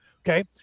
Okay